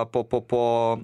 po po po